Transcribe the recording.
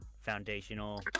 foundational